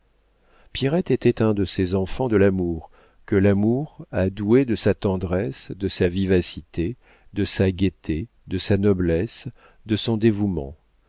était un de ces enfants de l'amour que l'amour a doués de sa tendresse de sa vivacité de sa gaieté de sa noblesse de son dévouement